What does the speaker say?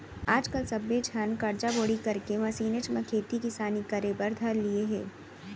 आज काल सब्बे झन करजा बोड़ी करके मसीनेच म खेती किसानी करे बर धर लिये हें